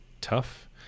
tough